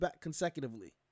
consecutively